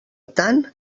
tant